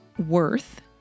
worth